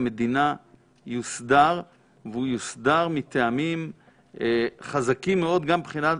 מדינה יוסדר והוא יוסדר מטעמים חזקים מאוד גם מבחינה משפטית,